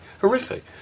Horrific